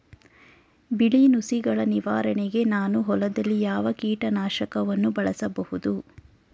ಬಿಳಿ ನುಸಿಗಳ ನಿವಾರಣೆಗೆ ನಾನು ಹೊಲದಲ್ಲಿ ಯಾವ ಕೀಟ ನಾಶಕವನ್ನು ಬಳಸಬಹುದು?